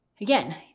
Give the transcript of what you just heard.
Again